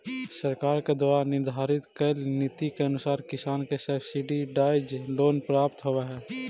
सरकार के द्वारा निर्धारित कैल नीति के अनुसार किसान के सब्सिडाइज्ड लोन प्राप्त होवऽ हइ